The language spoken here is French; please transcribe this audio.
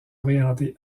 orientés